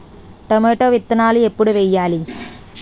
Tomato విత్తనాలు ఎప్పుడు వెయ్యాలి?